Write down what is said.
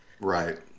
Right